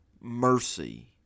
mercy